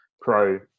pro